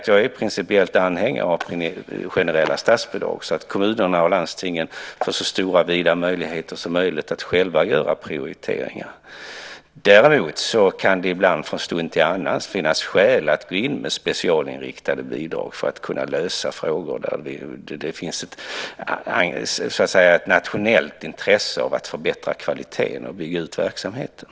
Jag är principiellt anhängare av generella statsbidrag för att kommunerna och landstingen i så stor utsträckning som möjligt själva ska kunna göra prioriteringar. Däremot kan det från stund till annan finnas skäl att gå in med specialinriktade bidrag för att därigenom lösa problem där det finns ett nationellt intresse av att förbättra kvaliteten och bygga ut verksamheten.